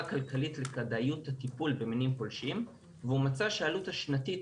כלכלית לכדאיות הטיפול במינים פולשים והוא מצא שעלות השנתית